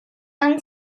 and